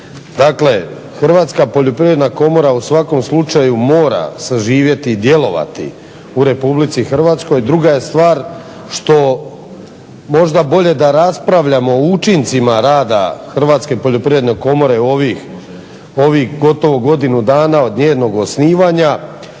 Dakle, Hrvatska poljoprivredna komora u svakom slučaju mora saživjeti i djelovati u RH. Druga je stvar što možda bolje da raspravljamo o učincima rada Hrvatske poljoprivredne komore u ovih gotovo godinu dana od njenog osnivanja